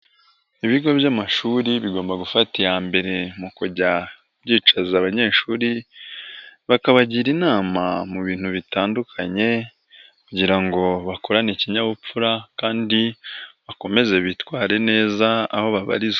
Ibigo by'amashuri bigomba gufata iya mbere mu kujya byicaza abanyeshuri, bakabagira inama mu bintu bitandukanye kugira ngo bakurane ikinyabupfura kandi bakomeze bitware neza aho babarizwa.